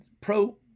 Pro